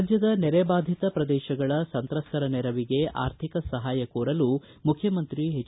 ರಾಜ್ಣದ ನೆರೆ ಬಾಧಿತ ಪ್ರದೇಶಗಳ ಸಂತ್ರಸ್ತರ ನೆರವಿಗೆ ಆರ್ಥಿಕ ಸಹಾಯ ಕೋರಲುಮುಖ್ಣಮಂತ್ರಿ ಎಚ್